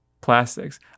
plastics